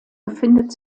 befindet